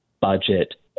budget